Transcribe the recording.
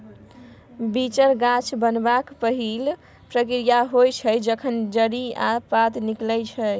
बीचर गाछ बनबाक पहिल प्रक्रिया होइ छै जखन जड़ि आ पात निकलै छै